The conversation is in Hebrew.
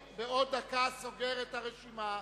בעוד דקה אני סוגר את רשימת הדוברים.